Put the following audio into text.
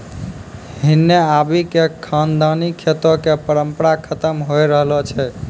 हिन्ने आबि क खानदानी खेतो कॅ परम्परा खतम होय रहलो छै